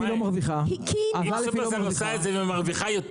אם שופרסל עושה את זה ומרוויחה יותר